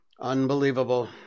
unbelievable